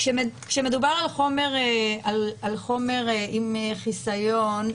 כשמדובר על חומר על חומר עם חיסיון,